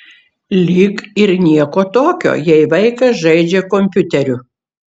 lyg ir nieko tokio jei vaikas žaidžia kompiuteriu